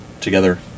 together